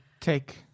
take